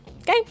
Okay